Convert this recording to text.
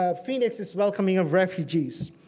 ah phoenix is welcoming of refugees.